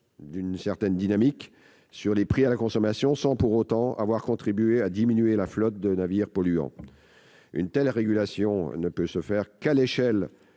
d'une certaine dynamique, et les prix à la consommation, sans pour autant contribuer à diminuer la flotte de navires polluants. Une telle régulation ne peut se faire qu'à l'échelle